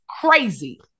crazy